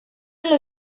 nello